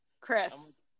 Chris